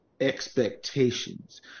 expectations